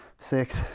six